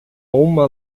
uma